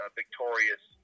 victorious